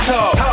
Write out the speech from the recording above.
Talk